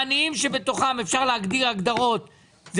העניים שבתוכם אפשר להגדיר הגדרות זה